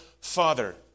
Father